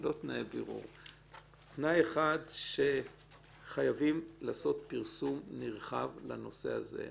התנאי האחד שחייבים לעשות פרסום נרחב לנושא זה.